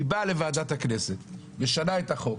היא באה לוועדת הכנסת, משנה את החוק